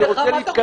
אני רוצה להתקדם.